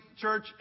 Church